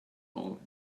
all